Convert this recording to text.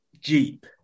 Jeep